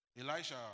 Elijah